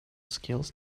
scales